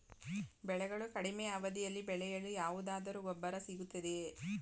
ಬೆಳೆಗಳು ಕಡಿಮೆ ಅವಧಿಯಲ್ಲಿ ಬೆಳೆಯಲು ಯಾವುದಾದರು ಗೊಬ್ಬರ ಸಿಗುತ್ತದೆಯೇ?